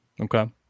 Okay